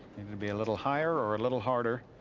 to be a little higher. a little harder.